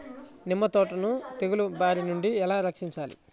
నిమ్మ తోటను తెగులు బారి నుండి ఎలా రక్షించాలి?